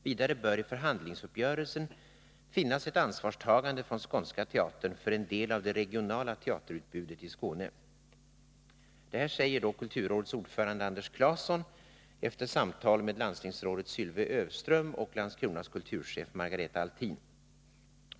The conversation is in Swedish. Vidare bör i förhandlingsuppgörelsen finnas ett ansvarstagande från Skånska Teatern för en del av det regionala teaterutbudet i Skåne. Det här säger kulturrådets ordförande Anders Clason efter samtal med landstingsrådet Sylve Öfström och Landskronas kulturchef Margaretha Ahlin.